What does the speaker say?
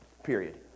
period